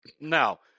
Now